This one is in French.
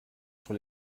sur